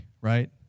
right